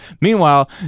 Meanwhile